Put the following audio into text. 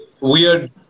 weird